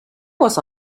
was